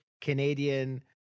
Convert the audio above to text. Canadian